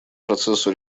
процессу